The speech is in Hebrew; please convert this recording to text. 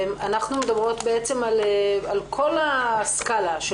אנחנו מדברות בעצם על כל הסקלה של